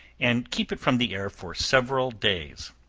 and keep it from the air for several days.